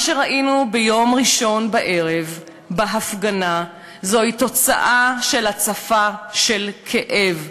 מה שראינו ביום ראשון בערב בהפגנה הוא תוצאה של הצפה של כאב,